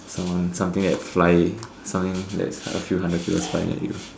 someone something that fly something that is a few hundred kilos that is flying at you